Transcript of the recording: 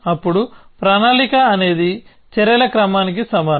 అప్పుడు ప్రణాళిక అనేది చర్యల క్రమానికి సమానం